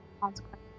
consequences